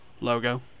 logo